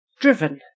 Driven